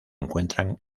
encuentran